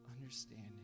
understanding